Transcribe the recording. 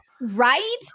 Right